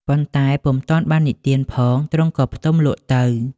ប៉ុន្តែពុំទាន់បាននិទានផង ទ្រង់ក៏ផ្ទំលក់ទៅ។